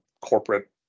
corporate